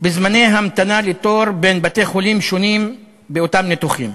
בזמני המתנה לתור בין בתי-חולים שונים באותם ניתוחים.